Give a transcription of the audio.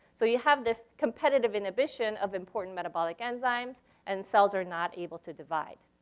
so you have this competitive inhibition of important metabolic enzymes and cells are not able to divide.